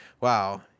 Wow